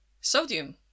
sodium